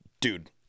Dude